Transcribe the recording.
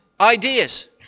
ideas